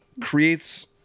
creates